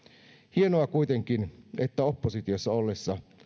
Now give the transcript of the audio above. hienoa kuitenkin että oppositiossa ollessa